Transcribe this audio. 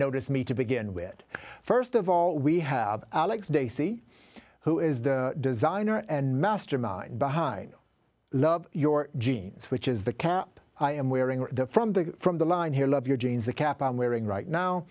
notice me to begin with first of all we have alex daisey who is the designer and mastermind behind love your jeans which is the cap i am wearing the from the from the line here love your jeans the cap on wearing right now